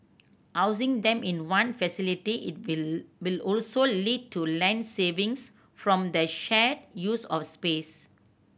housing them in one facility it will will also lead to land savings from the shared use of space